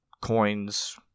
coins